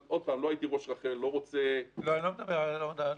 לא הייתי ראש רח"ל, ואני לא רוצה